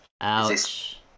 Ouch